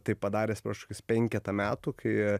tai padaręs prieš penketą metų kai